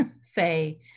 say